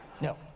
No